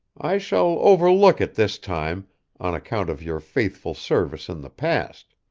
i shall overlook it this time on account of your faithful services in the past.